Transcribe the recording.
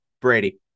Brady